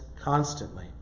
constantly